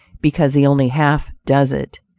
because he only half does it.